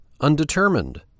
undetermined